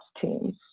teams